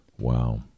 wow